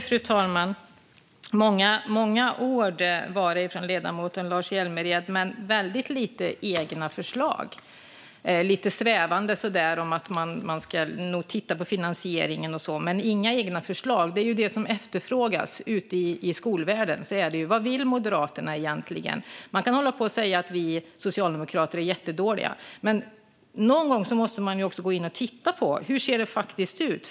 Fru talman! Det var många ord från ledamoten Lars Hjälmered men väldigt få egna förslag. Han nämnde lite svävande att man nog ska titta på finansieringen och så, men det kom inga egna förslag. Det är ju detta som efterfrågas ute i skolvärlden: Vad vill Moderaterna egentligen? Man kan hålla på och säga att vi socialdemokrater är jättedåliga, men någon gång måste man också gå in och titta på hur det faktiskt ser ut.